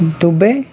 Dubai